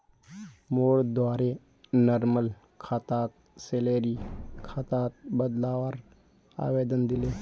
मोर द्वारे नॉर्मल खाताक सैलरी खातात बदलवार आवेदन दिले